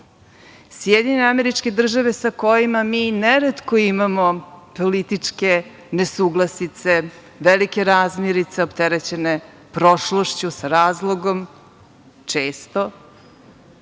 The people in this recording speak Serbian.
Sjedinjene Američke Države sa kojima mi neretko imamo političke nesuglasice, velike razmirice opterećene prošlošću, sa razlogom često,